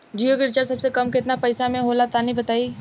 जियो के रिचार्ज सबसे कम केतना पईसा म होला तनि बताई?